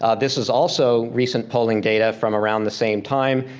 ah this is also recent polling data from around the same time.